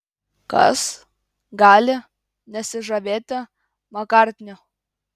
kas gali nesižavėti makartniu